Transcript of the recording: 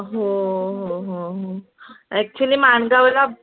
हो हो हो ॲक्चुअली मानगावला